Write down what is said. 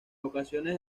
ocasiones